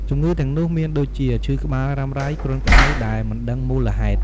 ជំងឺទាំងនោះមានដូចជា ឈឺក្បាលរ៉ាំរ៉ៃ គ្រុនក្តៅដែលមិនដឹងមូលហេតុ។